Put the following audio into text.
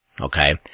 Okay